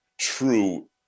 true